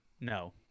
No